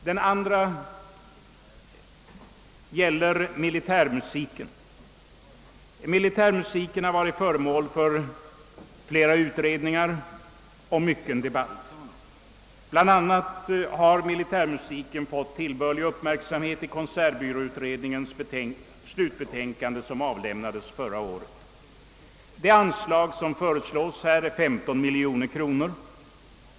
Den andra frågan gäller militärmusiken. Denna har varit föremål för utredningar och mycken debatt. BI. a. har militärmusiken fått tillbörlig uppmärksamhet i konsertbyråutredningens slutbetänkande som avlämnades förra året. Det anslag som föreslås är 15 miljoner kronor.